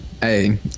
Hey